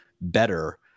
better